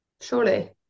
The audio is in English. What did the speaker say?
surely